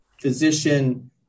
physician